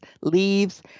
leaves